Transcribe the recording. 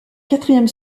quatrième